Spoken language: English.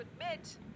admit